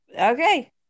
okay